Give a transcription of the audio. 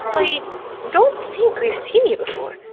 i don't think we seen you before.